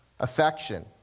Affection